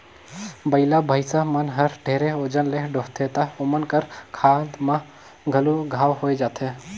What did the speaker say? बइला, भइसा मन हर ढेरे ओजन ल डोहथें त ओमन कर खांध में घलो घांव होये जाथे